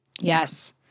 Yes